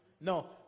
No